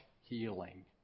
healing